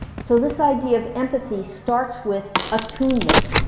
so this idea of empathy starts with attunement.